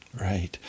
Right